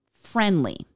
friendly